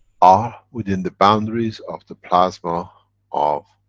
are within the boundaries of the plasma of